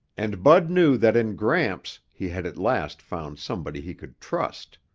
and bud knew that in gramps he had at last found somebody he could trust.